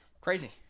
Crazy